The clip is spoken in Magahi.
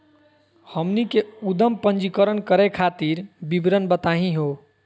हमनी के उद्यम पंजीकरण करे खातीर विवरण बताही हो?